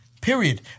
Period